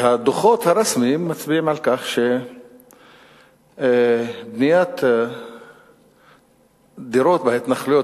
והדוחות הרשמיים מצביעים על כך שבניית דירות בהתנחלויות